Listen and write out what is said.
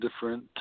different